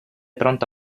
pronto